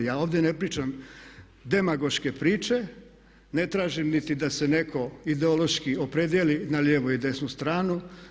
Ja ovdje ne pričam demagoške priče, ne tražim niti da se netko ideološki opredijeli na lijevu ili desnu stranu.